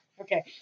Okay